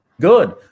good